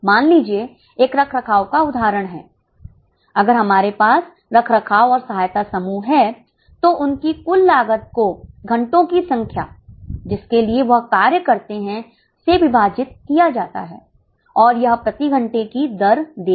मान लीजिए एक रखरखाव का उदाहरण है अगर हमारे पास रखरखाव और सहायता समूह है तो उनकी कुल लागत को घंटों की संख्या जिसके लिए वह कार्य करते हैं से विभाजित किया जाता है और यह प्रति घंटे की दर देगा